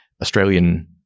Australian